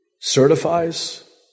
certifies